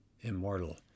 Immortal